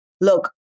look